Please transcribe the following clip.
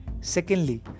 Secondly